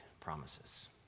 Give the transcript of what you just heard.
promises